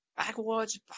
Backwards